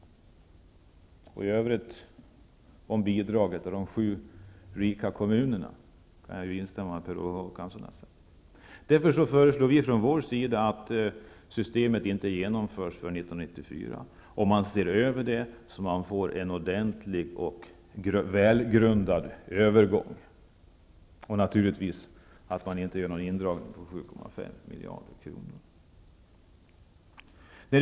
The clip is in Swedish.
När det gäller bidrag och de sju rika kommunerna instämmer jag i vad Per Olov Håkansson har sagt. Vi föreslår att systemet inte skall genomföras förrän 1994. En översyn måste ske så att det blir en ordentlig och välgrundad övergång. Naturligtvis skall det inte ske någon indragning på 7,5 miljarder kronor.